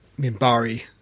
Mimbari